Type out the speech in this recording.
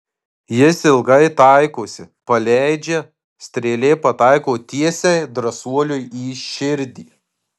jis ilgai taikosi paleidžia strėlė pataiko tiesiai drąsuoliui į širdį